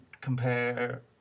compare